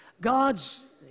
God's